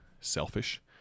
selfish